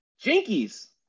Jinkies